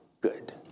good